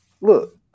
look